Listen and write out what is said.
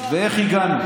ואיך הגענו.